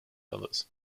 others